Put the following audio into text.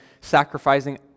sacrificing